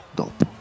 dopo